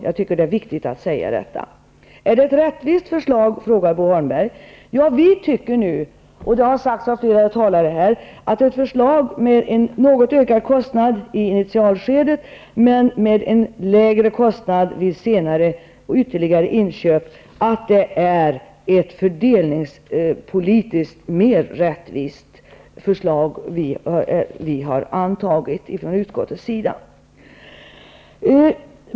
Jag tycker det är viktigt att säga detta. Är det ett rättvist förslag? frågar Bo Holmberg. Vi tycker det, och det har sagts av flera talare här. Förslaget ger något ökad kostnad i initialskedet men lägre kostnad senare, vid ytterligare inköp. Det anses som ett fördelningspolitiskt mer rättvist förslag, som vi har antagit från utskottets sida.